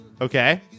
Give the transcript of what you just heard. Okay